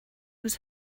was